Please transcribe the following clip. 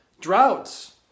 droughts